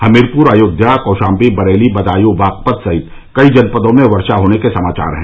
हमीरपुर अयोध्या कौशाम्बी बरेली बदायूँ बागपत सहित कई जनपदों में वर्षा होने के समाचार हैं